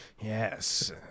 Yes